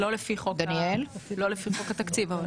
לא לפי חוק התקציב.